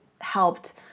helped